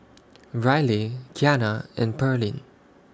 Ryleigh Kiana and Pearline